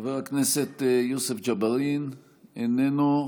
חבר הכנסת יוסף ג'בארין, איננו.